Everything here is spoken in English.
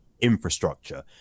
infrastructure